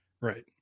right